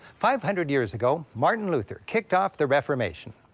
five hundred years ago, martin luther kicked off the reformation.